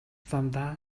замдаа